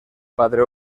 padre